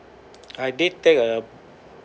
I did take a